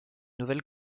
nouvelle